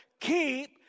Keep